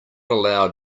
allowed